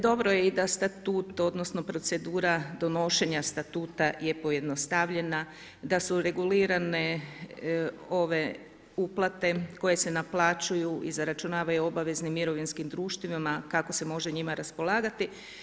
Dobro je da i statut, odnosno procedura donošenja statuta je pojednostavljena, da su regulirane ove uplate koje se naplaćuju i zaračunavaju obaveznim mirovinskim društvima kako se može njima raspolagati.